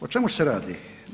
O čemu se radi?